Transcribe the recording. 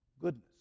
Goodness